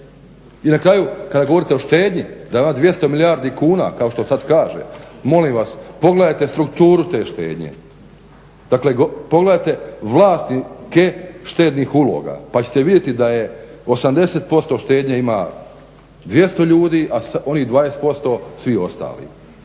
I na kraju, kada govorite o štednji, da je ona 200 milijardi kuna, kao što sada kaže. Molim vas, pogledajte strukturu te štednje. Dakle, pogledajte vlasnike štednih uloga pa ćete vidjeti da je 80% štednje ima 200 ljudi, a onih 20% svi ostali.